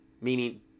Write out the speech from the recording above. meaning